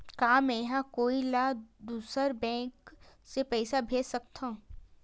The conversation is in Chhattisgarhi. का मेंहा कोई ला दूसर बैंक से पैसा भेज सकथव?